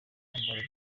kwambara